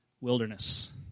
Wilderness